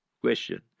Question